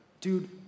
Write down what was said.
dude